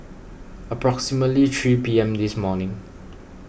approximately three P M this morning